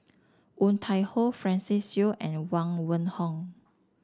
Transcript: Woon Tai Ho Francis Seow and Huang Wenhong